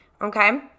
okay